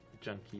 junkie